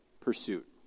pursuit